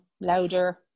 louder